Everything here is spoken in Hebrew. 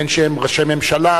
בין שהם ראשי ממשלה,